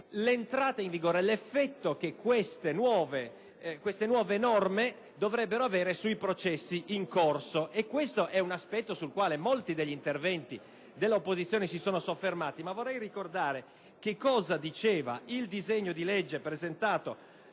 molto efficace l'effetto che queste nuove norme dovrebbero avere sui processi in corso. Questo è un aspetto sul quale molti degli interventi dell'opposizione si sono soffermati. Vorrei ricordare in merito che cosa diceva il disegno di legge presentato